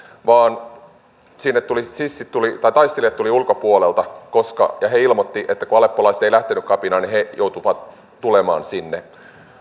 vaan sinne taistelijat tulivat ulkopuolelta ja he ilmoittivat että kun aleppolaiset eivät lähteneet kapinaan niin he joutuivat tulemaan sinne